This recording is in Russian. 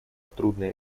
трудные